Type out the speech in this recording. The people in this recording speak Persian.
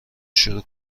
شروع